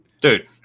dude